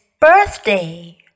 birthday